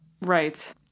Right